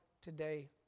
today